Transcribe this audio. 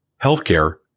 healthcare